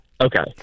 Okay